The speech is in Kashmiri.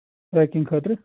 ٹرٛیکِنگ خٲطرٕ